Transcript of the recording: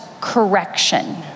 correction